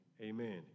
amen